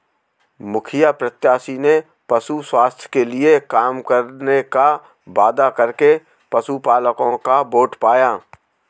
मुखिया प्रत्याशी ने पशु स्वास्थ्य के लिए काम करने का वादा करके पशुपलकों का वोट पाया